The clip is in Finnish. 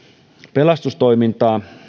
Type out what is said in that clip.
pelastustoimintaa